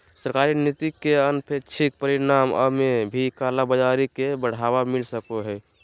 सरकारी नीति के अनपेक्षित परिणाम में भी कालाबाज़ारी के बढ़ावा मिल सको हइ